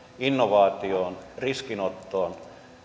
innovaatioon riskinottoon